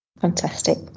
Fantastic